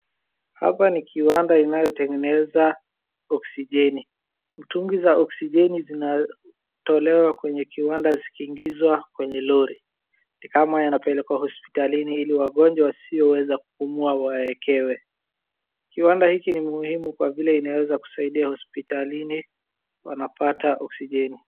Hapa ni kiwanda inayotumia oksijeni mitungi za oksijeni zinatolewa kwenye kiwanda zikiingizwa kwenye lori ni kama yanapelekwa hospitalini ili wagonjwa wasioweza kupumua wawekewe. Kiwanda hiki ni muhimu kwa vile inaweza saidia hospitalini wanapata oksijeni.